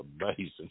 amazing